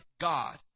God